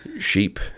sheep